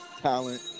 talent